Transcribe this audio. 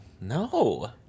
no